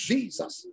Jesus